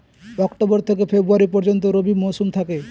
October থেকে February পর্যন্ত রবি মৌসুম থাকে